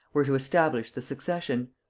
were to establish the succession.